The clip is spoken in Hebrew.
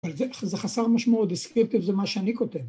‫אבל זה חסר משמעות, ‫זה סקריפטיב זה מה שאני כותב.